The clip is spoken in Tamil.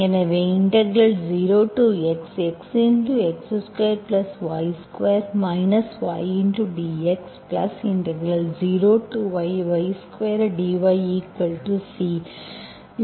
எனவே 0xxx2y2 ydx0yy2dyC இலிருந்து இன்டெகிரெட் பண்ணலாம்